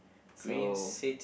so